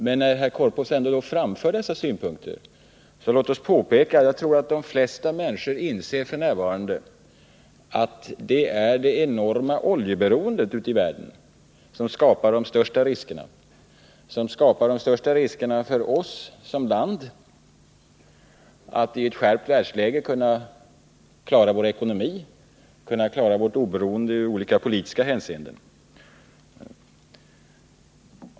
Men när herr Korpås ändå framför dessa synpunkter vill jag säga att jag tror att de flesta människor inser att det är det enorma oljeberoendet ute i världen som skapar de största riskerna för oss som land att i ett skärpt världsläge inte kunna klara vår ekonomi och vårt oberoende i olika politiska hänseenden.